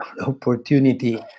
opportunity